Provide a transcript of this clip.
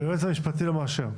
היועץ המשפטי לא מאשר.